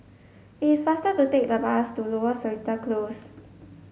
it's faster to take the bus to Lower Seletar Close